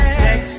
sex